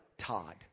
Todd